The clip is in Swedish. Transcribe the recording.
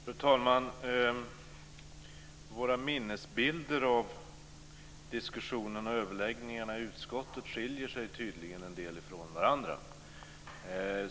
Fru talman! Våra minnesbilder av diskussionen och överläggningarna i utskottet skiljer sig tydligen en del från varandra.